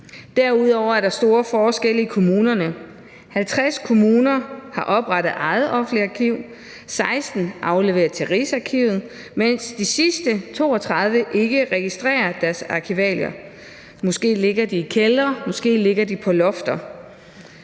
Derudover er der store forskelle på kommunerne: 50 kommuner har oprettet eget offentligt arkiv, 16 kommuner afleverer til Rigsarkivet, mens de sidste 32 kommuner ikke registrerer deres arkivalier – måske ligger de i kældre, måske ligger de på lofter.